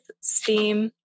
Steam